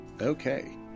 Okay